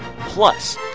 Plus